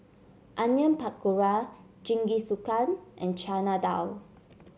Onion Pakora Jingisukan and Chana Dal